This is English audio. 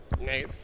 Nate